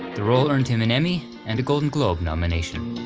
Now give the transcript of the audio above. the role earned him an emmy and a golden globe nomination.